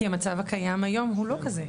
כי המצב הקיים היום הוא לא כזה,